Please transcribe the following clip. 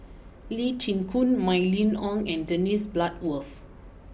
Lee Chin Koon Mylene Ong and Dennis Bloodworth